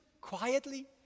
quietly